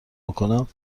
بکنم